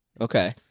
Okay